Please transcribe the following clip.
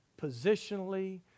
Positionally